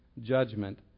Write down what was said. judgment